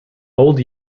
old